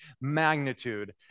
magnitude